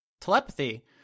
telepathy